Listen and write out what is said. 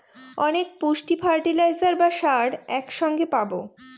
অনেক পুষ্টি ফার্টিলাইজার বা সারে এক সঙ্গে পাবো